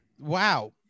wow